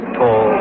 tall